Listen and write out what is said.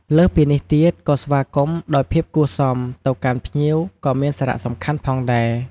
លើសពីនេះទៀតក៏ស្វាគមន៍ដោយភាពគួរសមទៅកាន់ភ្ញៀវក៏មានសារៈសំខាន់ផងដែរ។